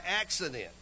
accident